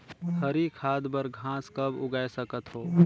हरी खाद बर घास कब उगाय सकत हो?